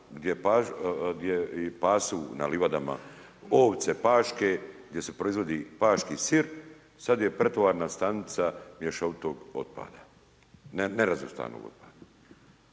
gdje i pasu na livadama ovce paške gdje se proizvodi paški sir sad je pretovarna stanica mješovitog otpada, nerazvrstanog otpada?